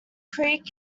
creek